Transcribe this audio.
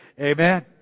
amen